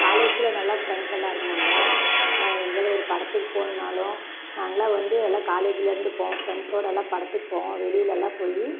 காலேஜில் நல்லா ஃப்ரெண்ட்ஸ்ஸெல்லாம் இருந்தாங்க எங்கேயாவது ஒரு படத்துக்கு போகணுன்னாலும் நாங்களாம் வந்து எல்லாம் காலேஜுலேருந்து போவோம் ஃப்ரெண்ட்ஸ்ஸோடு எல்லாம் படத்துக்கு போவோம் வெளியில் எல்லாம் போய்